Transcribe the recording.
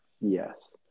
Yes